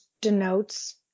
denotes